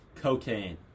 Cocaine